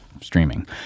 streaming